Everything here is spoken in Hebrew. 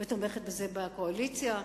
ותומכת בזה בקואליציה,